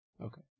Okay